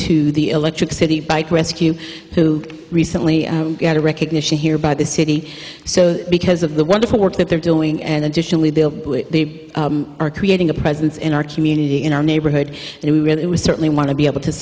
to the electric city bike rescue who recently got a recognition here by the city so because of the wonderful work that they're doing and additionally they are they are creating a presence in our community in our neighborhood and we really it was certainly want to be able to